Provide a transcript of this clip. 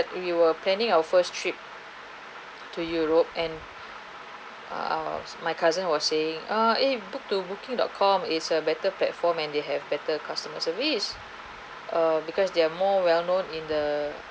then we were planning our first trip to europe and ah my cousin was ah eh book to booking dot com is a better platform and they have better customer service uh because they are more well known in the